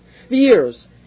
spheres